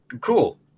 cool